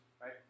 right